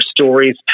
stories